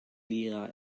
lira